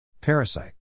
Parasite